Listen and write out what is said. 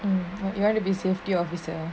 you want to be safety officer